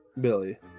Billy